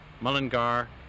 Mullingar